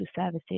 services